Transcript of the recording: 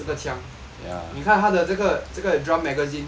你看它的这个这个 drum magazine